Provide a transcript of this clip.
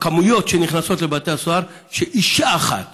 במספרים שנכנסים לבתי הסוהר, שאישה אחת